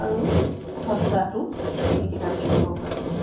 আৰু সস্তাতো আপুনি কিতাপ কিনিব পাৰিব